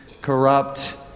corrupt